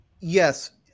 Yes